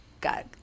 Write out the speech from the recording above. got